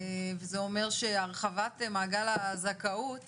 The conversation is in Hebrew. זה אומר שהרחבת מעגל הזכאות